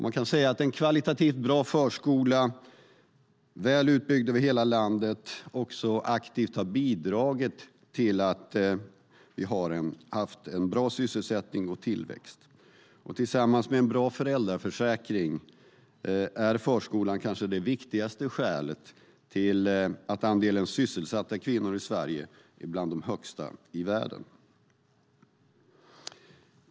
Man kan säga att en kvalitativt bra förskola, väl utbyggd över hela landet, också aktivt har bidragit till att vi har haft en bra sysselsättning och tillväxt. Tillsammans med en bra föräldraförsäkring är förskolan kanske den viktigaste anledningen till att andelen sysselsatta kvinnor i Sverige är bland de högsta i världen.